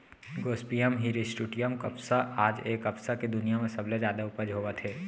Gossypium hirsutum कपसा आज ए कपसा के दुनिया म सबले जादा उपज होवत हे